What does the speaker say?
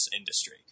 industry